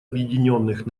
объединенных